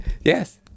Yes